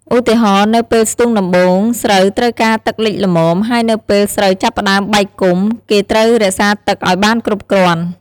ឧទាហរណ៍ នៅពេលស្ទូងដំបូង ស្រូវត្រូវការទឹកលិចល្មម ហើយនៅពេលស្រូវចាប់ផ្ដើមបែកគុម្ព គេត្រូវរក្សាទឹកឱ្យបានគ្រប់គ្រាន់។